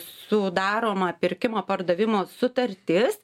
sudaroma pirkimo pardavimo sutartis